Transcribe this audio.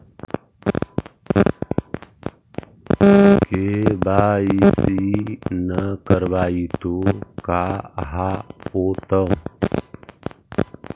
KYC न करवाई तो का हाओतै?